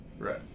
Right